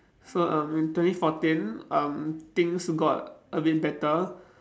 so um in twenty fourteen um things got a bit better